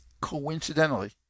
Coincidentally